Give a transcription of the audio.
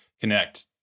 connect